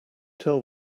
tell